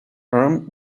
armed